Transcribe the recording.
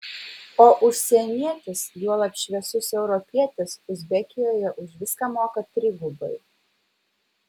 o užsienietis juolab šviesus europietis uzbekijoje už viską moka trigubai